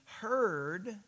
heard